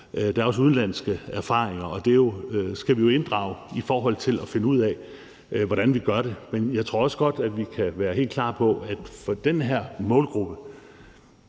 der er også udenlandske erfaringer, og det skal vi jo inddrage i forhold til at finde ud af, hvordan vi gør det. Men jeg tror også godt, jeg kan sige, at vi er helt klar på, at for den her målgruppe